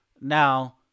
now